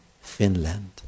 Finland